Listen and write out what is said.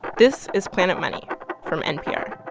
this is planet money from npr